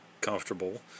comfortable